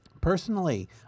Personally